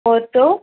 four two